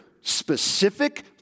specific